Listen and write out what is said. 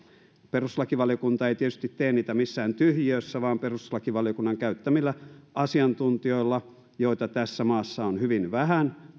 perustuslakivaliokunta ei tietysti tee niitä missään tyhjiössä vaan perustuslakivaliokunnan käyttämien asiantuntijoiden valtiosääntöoikeuden asiantuntijoiden joita tässä maassa on hyvin vähän